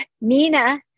Nina